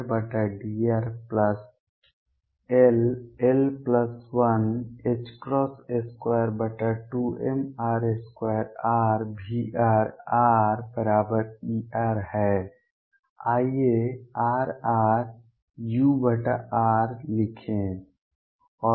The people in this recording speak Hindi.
आइए Rrur लिखें